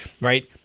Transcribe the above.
right